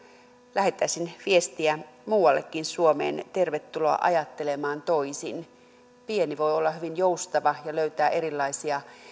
lähettäisin viestiä muuallekin suomeen tervetuloa ajattelemaan toisin pieni voi olla hyvin joustava ja löytää erilaisia